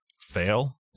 fail